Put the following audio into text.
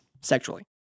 sexually